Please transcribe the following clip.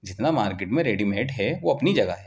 جتنا مارکٹ میں ریڈیمیڈ ہے وہ اپنی جگہ ہے